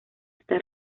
está